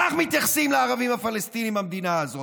כך מתייחסים לערבים הפלסטינים במדינה הזאת,